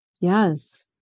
Yes